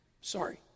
Sorry